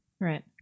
Right